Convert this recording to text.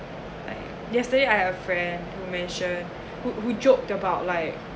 like yesterday I have friends who mentioned who who joke about like